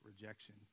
rejection